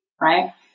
right